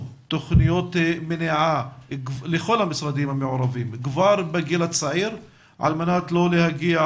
תוכניות מניעה כבר בגיל הצעיר על מנת לא להגיע